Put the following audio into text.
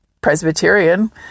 Presbyterian